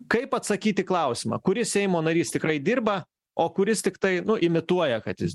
kaip atsakyt į klausimą kuris seimo narys tikrai dirba o kuris tiktai imituoja kad jis